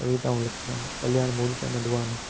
कविताऊं लिखंदा आहिनि कल्याण मूलचंद अडवाणी